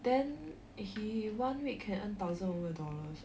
then he one week can earn thousand over dollars